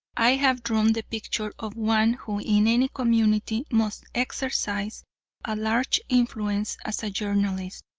i have drawn the picture of one who, in any community, must exercise a large influence as a journalist,